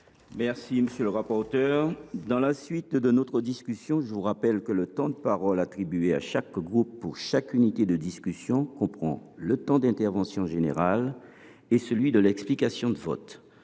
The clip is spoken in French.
prendra toute sa part. Mes chers collègues, je vous rappelle que le temps de parole attribué à chaque groupe pour chaque unité de discussion comprend le temps d’intervention générale et celui de l’explication de vote.